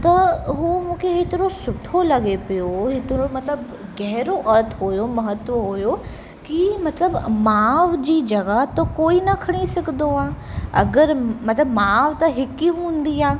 त हू मूंखे हेतिरो सुठो लॻे पियो हेतिरो मतलबु गहरो अर्थ हुओ महत्व हुओ कि मतलबु माउ जी जॻह त कोई न खणी सघंदो आहे अगरि मतलबु माउ त हिकु ई हूंदी आहे